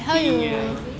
听音乐 lor